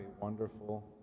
wonderful